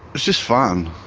just fun.